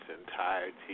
entirety